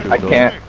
again